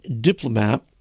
diplomat